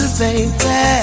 baby